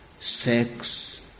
sex